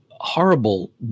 Horrible